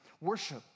worship